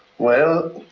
well,